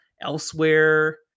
elsewhere